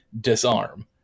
disarm